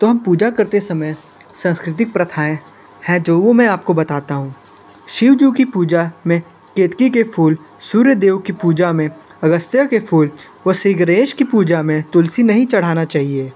तो हम पूजा करते समय सांस्कृतिक प्रथाएं हैं जो वो मैं आप को बताता हूँ शिव जी की पूजा में केदकी के फूल सूर्य देव की पूजा में अगस्त्य के फूल श्री गणेश की पूजा में तुलसी नहीं चढ़ाना चाहिए